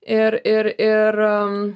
ir ir ir